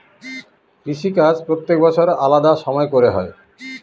কৃষিকাজ প্রত্যেক বছর আলাদা সময় করে হয়